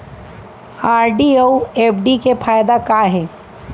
RD अऊ FD के फायेदा का हे?